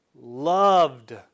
loved